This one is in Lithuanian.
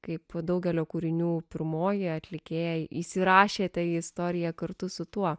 kaip po daugelio kūrinių pirmoji atlikėjai įsirašėte į istoriją kartu su tuo